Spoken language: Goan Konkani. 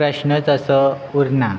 प्रश्नच असो उरना